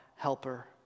helper